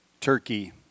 turkey